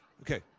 Okay